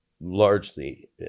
largely